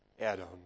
Adam